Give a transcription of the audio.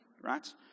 right